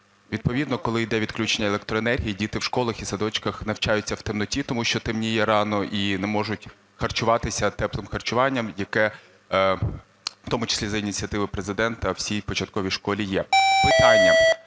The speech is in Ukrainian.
Відповідно коли йде відключення електроенергії, діти в школах і садочках навчаються в темноті, тому що темніє рано, і не можуть харчуватися теплим харчуванням, яке в тому числі за ініціативою Президента у всій початковій школі є. Питання.